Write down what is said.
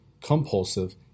compulsive